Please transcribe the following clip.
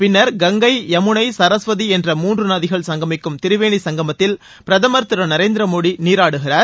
பின்னர் கங்கை யமுனை சரஸ்வதி என்ற மூன்று நதிகள் சங்கமிக்கும் திரிவேணி சங்கமத்தில் பிரதமர் திரு நரேந்திரமோடி நீராடுகிறார்